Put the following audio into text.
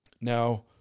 Now